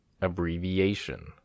Abbreviation